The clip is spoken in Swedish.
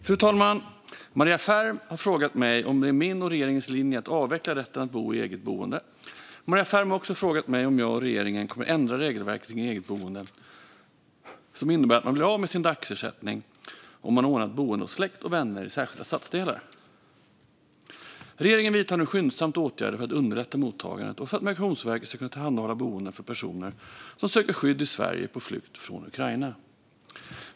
Fru talman! har frågat mig om det är min och regeringens linje att avveckla rätten att bo i eget boende. Maria Ferm har också frågat mig om jag och regeringen kommer att ändra regelverket kring eget boende som innebär att man blir av med sin dagersättning om man ordnat boende hos släkt och vänner i särskilda stadsdelar. Regeringen vidtar nu skyndsamt åtgärder för att underlätta mottagandet och för att Migrationsverket ska kunna tillhandahålla boenden för personer som söker skydd i Sverige på flykt från Ukraina.